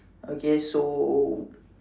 okay so